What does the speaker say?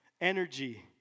energy